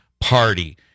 Party